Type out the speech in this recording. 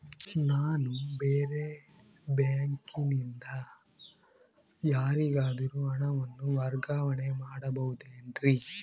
ನಾನು ಬೇರೆ ಬ್ಯಾಂಕಿನಿಂದ ಯಾರಿಗಾದರೂ ಹಣವನ್ನು ವರ್ಗಾವಣೆ ಮಾಡಬಹುದೇನ್ರಿ?